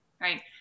right